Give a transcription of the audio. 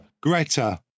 Greta